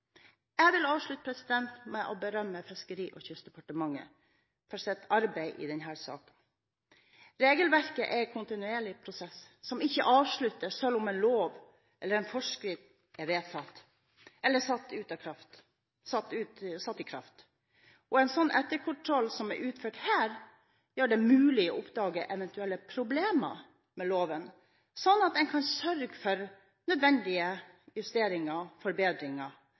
Jeg vil avslutte med å berømme Fiskeri- og kystdepartementet for deres arbeid i denne saken. Regelverket er i kontinuerlig prosess, som ikke avsluttes selv om en lov eller en forskrift er vedtatt eller satt i kraft. En slik etterkontroll som er utført her, gjør det mulig å oppdage eventuelle problemer med loven, slik at man kan sørge for nødvendige justeringer og forbedringer.